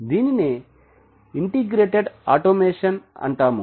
దీనినే integrated automation అంటాము